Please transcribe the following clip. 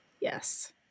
Yes